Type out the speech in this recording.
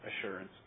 assurance